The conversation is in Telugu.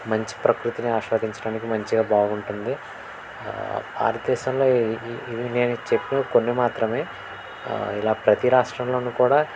మంచి ప్రకృతిని అస్వాదించడానికి మంచిగా బాగుంటుంది భారతదేశంలో ఇవి ఇవి నేను చెప్పినవి కొన్ని మాత్రమే ఇలా ప్రతి రాష్ట్రంలోను కూడా